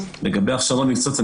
לגבי הכשרות מקצועיות,